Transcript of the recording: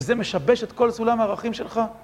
זה משבש את כל סולם הערכים שלך.